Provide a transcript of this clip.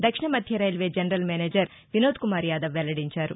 దక్షిణ మధ్య railway general manager Vinodkumar Yadav వెల్లడించారు